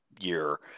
year